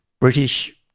British –